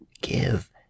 Give